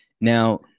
Now